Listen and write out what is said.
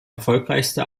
erfolgreichste